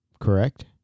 correct